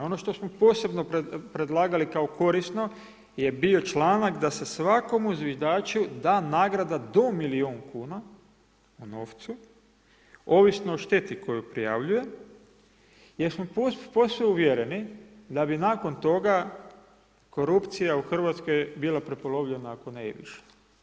Ono što smo posebno predlagali kao korisno je bio članak da se svakom zviždaču da nagrada do milijun kuna u novcu, ovisno o šteti koju prijavljuje, jer smo posve uvjereni da bi nakon toga korupcija u Hrvatskoj bila prepolovljena, ako ne i više.